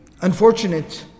unfortunate